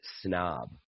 snob